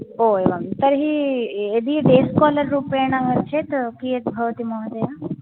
ओ एवं तर्हि यदी डे स्कालर् रूपेण चेत् कीयद्भवति महोदय